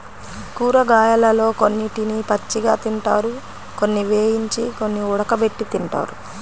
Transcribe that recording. కూరగాయలలో కొన్నిటిని పచ్చిగా తింటారు, కొన్ని వేయించి, కొన్ని ఉడకబెట్టి తింటారు